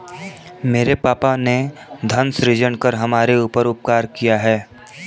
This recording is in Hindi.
मेरे पापा ने धन सृजन कर हमारे ऊपर उपकार किया है